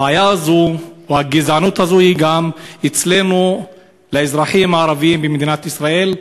הבעיה הזאת או הגזענות הזאת היא גם אצלנו לאזרחים הערבים במדינת ישראל,